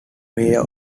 mayor